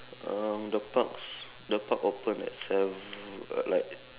um the parks the park open at sev~ uh like